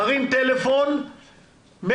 מרים טלפון 103,